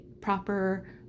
proper